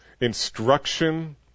Instruction